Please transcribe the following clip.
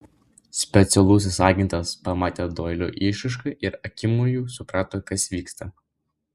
specialusis agentas pamatė doilio išraišką ir akimoju suprato kas vyksta